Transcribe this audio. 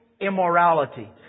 immorality